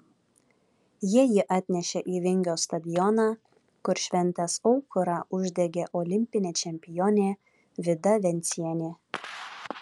jie jį atnešė į vingio stadioną kur šventės aukurą uždegė olimpinė čempionė vida vencienė